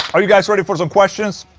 are you guys ready for some questions?